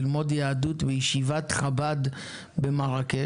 ללמוד יהדות בישיבת חב"ד במרקש.